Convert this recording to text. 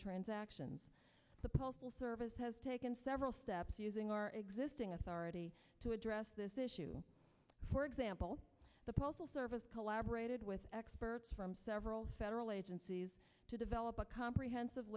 transactions the postal service has taken several steps using our existing authority to address this issue for example the postal service collaborated with experts from several federal agencies to develop a comprehensive